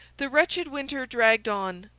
the wretched winter dragged on.